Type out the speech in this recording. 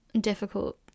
difficult